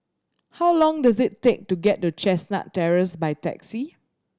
how long does it take to get to Chestnut Terrace by taxi